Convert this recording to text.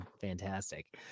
fantastic